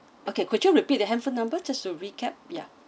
okay could you repeat the handphone number just to recap ya